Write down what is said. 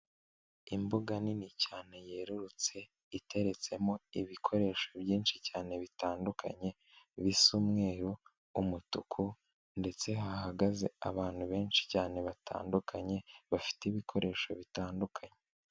Imbuga nini cyane yerurutse iteretsemo ibikoresho byinshi cyane bitandukanye bisa umweruru, umutuku ndetse hahagaze abantu benshi cyane batandukanye bafite ibikoresho bitandukanye.